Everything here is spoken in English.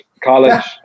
College